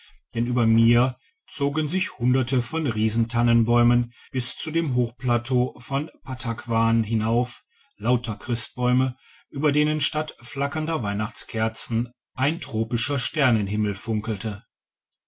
denn über mir zogen sich hunderte von riesentannenbäumen bis zu dem hochplateau von pattakwan hinauf lauter christbäume über denen statt flackernder weihnachtskerzen ein tropischer sternhimmel funkelte